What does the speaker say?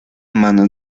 manos